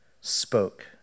spoke